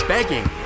Begging